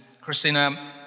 Christina